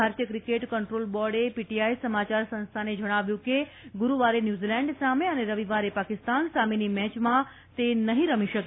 ભારતીય cricketer control બોર્ડે PTI સમાચાર સંસ્થાને જણાવ્યું કે ગુરૂવારે ન્યૂઝીલેન્ડ સામે અને રવિવારે પાકિસ્તાન સામેની મેચમાં તે નહીં રમી શકે